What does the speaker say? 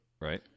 Right